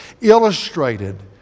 illustrated